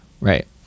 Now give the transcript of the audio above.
right